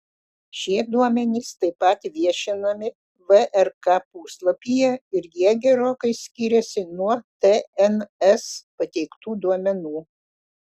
šie duomenys taip pat viešinami vrk puslapyje ir jie gerokai skiriasi nuo tns pateiktų duomenų